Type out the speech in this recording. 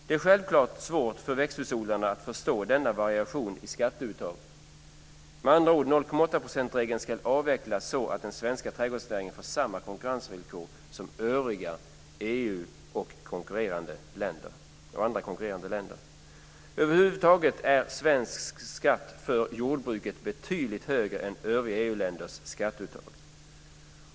Det är självklart svårt för växthusodlarna att förstå denna variation i skatteuttag. Med andra ord: 0,8-procentsregeln ska avvecklas så att den svenska trädgårdsnäringen får samma konkurrensvillkor som trädgårdsnäringen i övriga EU och konkurrentländer. Över huvud taget är svensk skatt för jordbruket betydligt högre än övriga EU-länders skatteuttag.